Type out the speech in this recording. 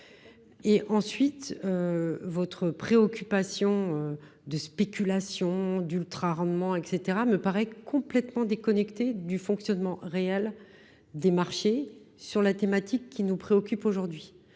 collègue, votre obsession de la spéculation et de l’ultrarendement me paraît complètement déconnectée du fonctionnement réel des marchés sur la thématique qui nous préoccupe aujourd’hui.